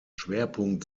schwerpunkt